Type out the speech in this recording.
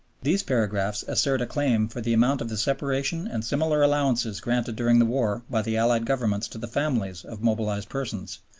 these paragraphs assert a claim for the amount of the separation and similar allowances granted during the war by the allied governments to the families of mobilized persons,